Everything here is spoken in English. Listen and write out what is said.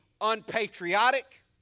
unpatriotic